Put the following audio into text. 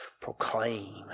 proclaim